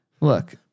Look